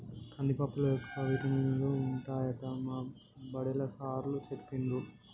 కందిపప్పులో ఎక్కువ విటమినులు ఉంటాయట మా బడిలా సారూ చెప్పిండు